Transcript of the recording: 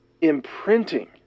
imprinting